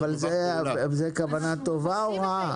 אבל זו כוונה טובה או רעה?